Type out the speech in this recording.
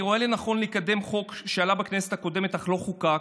אני רואה לנכון לקדם חוק שעלה בכנסת הקודמת אך לא חוקק.